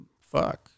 fuck